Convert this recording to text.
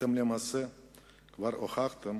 למעשה אתם כבר הוכחתם